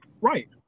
Right